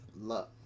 love